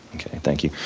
okay, thank you.